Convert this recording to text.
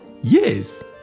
Yes